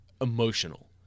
emotional